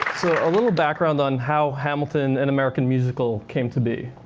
a little background on how hamilton, an american musical came to be.